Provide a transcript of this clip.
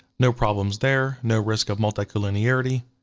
no problems there, no risk of multicollinearity.